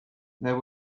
there